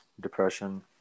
depression